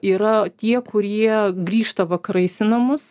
yra tie kurie grįžta vakarais į namus